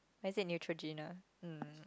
or is it Neutrogena mm